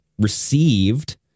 received